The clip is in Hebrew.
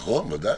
נכון, בוודאי.